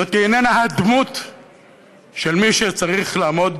זאת איננה הדמות של מי שצריך לעמוד